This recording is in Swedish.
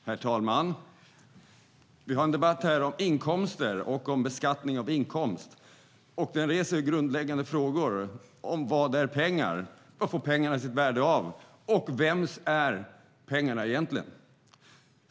Herr talman! Vi har en debatt här om inkomster och beskattning av inkomst. Den reser grundläggande frågor om vad pengar är. Vad får pengarna sitt värde av, och vems är pengarna egentligen?